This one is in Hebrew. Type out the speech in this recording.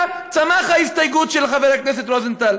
צמחה ההסתייגות של חבר הכנסת רוזנטל.